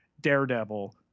Daredevil